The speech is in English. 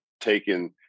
taken